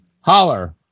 Holler